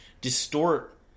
distort